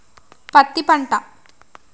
పత్తి పంట